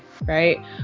right